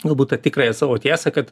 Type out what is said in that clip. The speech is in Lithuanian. galbūt tą tikrąją savo tiesą kad